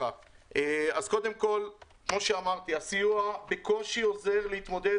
קודם כול, כפי שאמרתי, הסיוע בקושי עוזר להתמודד